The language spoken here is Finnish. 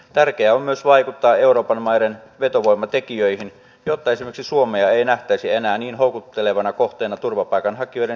tärkeää on myös vaikuttaa euroopan maiden vetovoimatekijöihin jotta esimerkiksi suomea ei nähtäisi enää niin houkuttelevana kohteena turvapaikanhakijoiden silmissä